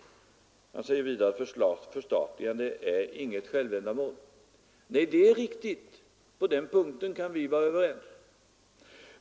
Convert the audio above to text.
Vidare sade han att förstatligande inte är något självändamål. Nej, det är riktigt. På den punkten kan vi vara överens.